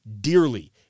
dearly